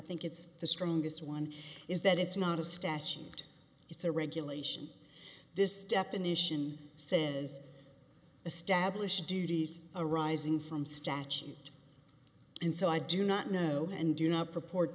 think it's the strongest one is that it's not a statute it's a regulation this definition says establish duties arising from statute and so i do not know and do not purport